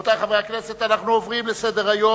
רבותי חברי הכנסת, אנחנו עוברים לסדר-היום.